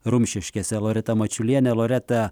rumšiškėse loreta mačiulienė loreta